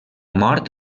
mort